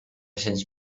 cents